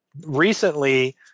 recently